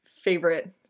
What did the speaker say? favorite